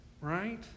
right